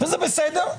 זה בסדר,